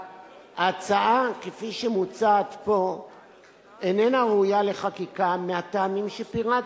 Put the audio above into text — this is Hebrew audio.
ההצעה כפי שמוצעת פה איננה ראויה לחקיקה מהטעמים שפירטתי,